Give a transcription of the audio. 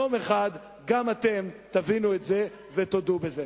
יום אחד גם אתם תבינו את זה ותודו בזה.